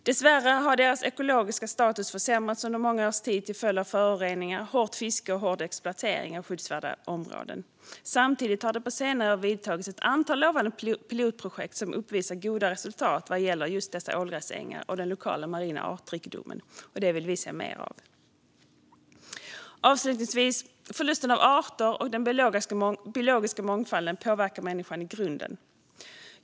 Dessvärre har deras ekologiska status försämrats under många års tid till följd av föroreningar, hårt fiske och hård exploatering av skyddsvärda områden. Samtidigt har det på senare år inletts ett antal lovande pilotprojekt som uppvisar goda resultat vad gäller just ålgräsängar och lokal marin artrikedom. Detta vill vi se mer av. Avslutningsvis påverkar förlusten av arter och biologisk mångfald människan i grunden.